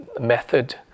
method